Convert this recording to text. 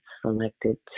selected